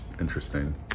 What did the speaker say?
interesting